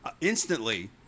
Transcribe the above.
instantly